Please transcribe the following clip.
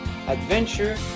adventure